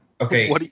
Okay